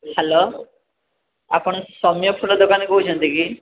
hello ଆପଣ ସୌମ୍ୟ ଫୁଲ ଦୋକାନୀ କହୁଛନ୍ତି କି